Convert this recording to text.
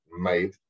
made